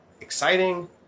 exciting